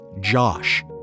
Josh